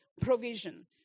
provision